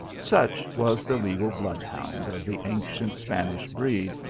such was the legal blood hound of the ancient spanish breed,